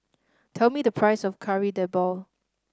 tell me the price of Kari Debal